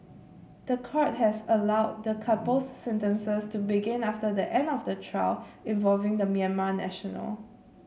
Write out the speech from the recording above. the court has allowed the couple's sentences to begin after the end of the trial involving the Myanmar national